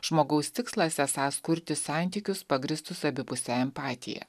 žmogaus tikslas esąs kurti santykius pagrįstus abipuse empatija